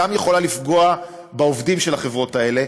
יכולה לפגוע גם בעובדים של החברות האלה,